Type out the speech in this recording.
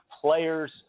players